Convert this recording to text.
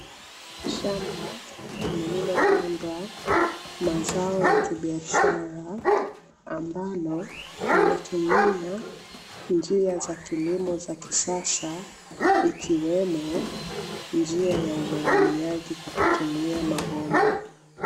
Shamba lililopandwa mazao ya kibiashara, ambalo linatumia njia za kilimo za kisasa, ikiwemo njia ya umwagiliaji kwa kutumia mabomba.